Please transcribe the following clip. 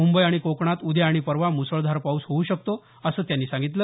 मुंबई आणि कोकणात उद्या आणि परवा म्सळधार पाऊस होऊ शकतो असं त्यानी सांगितलं